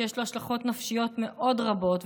שיש לו השלכות נפשיות מאוד רבות,